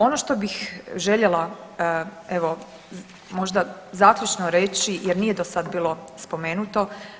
Ono što bih željela evo možda zaključno reći, jer nije do sad bilo spomenuto.